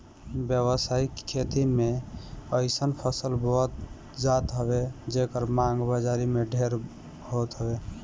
व्यावसायिक खेती में अइसन फसल बोअल जात हवे जेकर मांग बाजारी में ढेर होत हवे